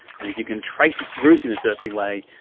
and if you can trace its route in a certain way,